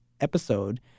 episode